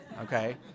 okay